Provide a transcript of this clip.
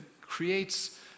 creates